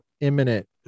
imminent